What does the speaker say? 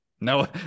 No